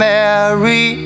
Mary